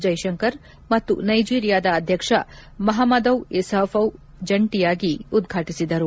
ಜೈಶಂಕರ್ ಮತ್ತು ನೈಜಿರೀಯಾದ ಅಧ್ಯಕ್ಷ ಮಪಮದೌ ಇಸೌಫೌ ಜಂಟಿಯಾಗಿ ಉದ್ಘಾಟಿಸಿದರು